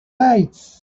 lights